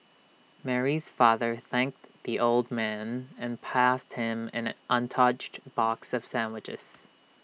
Mary's father thanked the old man and passed him an untouched box of sandwiches